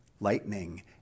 lightning